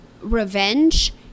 revenge